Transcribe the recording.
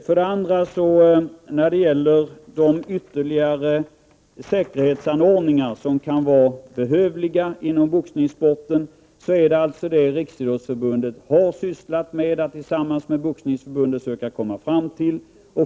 För det andra har Riksidrottsförbundet tillsammans med Boxningsförbundet försökt komma fram till ytterligare säkerhetsanordningar som kan vara behövliga inom boxningssporten.